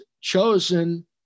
chosen